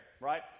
right